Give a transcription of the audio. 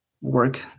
work